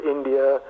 India